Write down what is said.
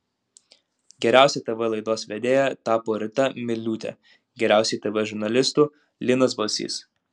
geriausia tv laidos vedėja tapo rita miliūtė geriausiu tv žurnalistu linas balsys